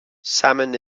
salmon